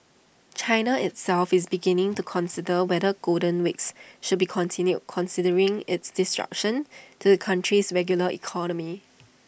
China itself is beginning to consider whether golden weeks should be continued considering its disruptions to the country's regular economy